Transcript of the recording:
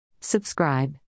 Subscribe